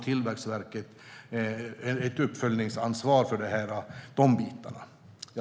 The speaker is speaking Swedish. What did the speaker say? Tillväxtverket har ett uppföljningsansvar i de bitarna.